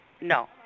No